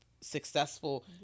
successful